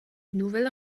nouvelles